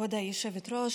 כבוד היושבת-ראש,